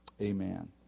Amen